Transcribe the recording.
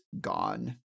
gone